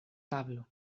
tablo